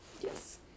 Yes